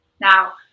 Now